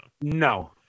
No